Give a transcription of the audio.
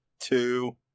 Two